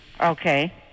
Okay